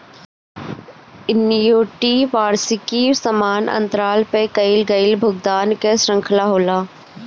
annuity वार्षिकी समान अंतराल पअ कईल गईल भुगतान कअ श्रृंखला होला